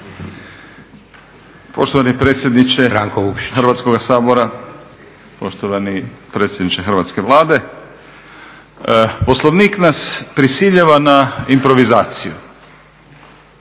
poštovani predsjedniče Hrvatske Vlade. Poslovnik nas prisiljava na improvizaciju.